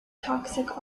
toxic